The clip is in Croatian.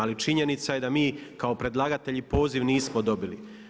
Ali činjenica je da mi kao predlagatelji poziv nismo dobili.